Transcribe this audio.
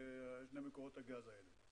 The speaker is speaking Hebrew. מקורות הגז האלה?